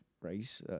race